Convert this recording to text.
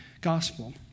gospel